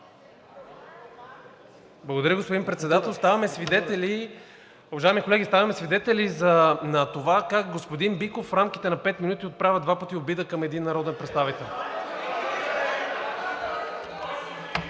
Благодаря, господин Председател. Уважаеми колеги, ставаме свидетели на това как господин Биков в рамките на пет минути отправя два пъти обида към един народен представител.